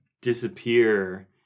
disappear